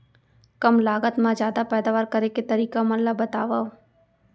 कम लागत मा जादा पैदावार करे के तरीका मन ला बतावव?